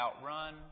outrun